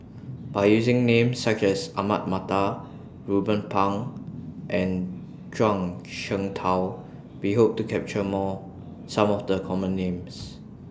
By using Names such as Ahmad Mattar Ruben Pang and Zhuang Shengtao We Hope to capture More Some of The Common Names